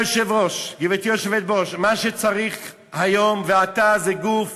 גברתי היושבת בראש, מה שצריך היום ועתה זה גוף